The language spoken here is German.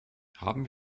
haben